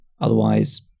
otherwise